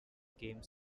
game